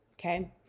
okay